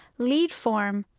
lead form,